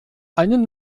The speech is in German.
einen